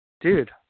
dude